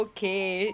Okay